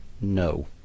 No